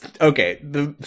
Okay